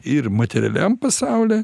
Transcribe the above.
ir materialiam pasauly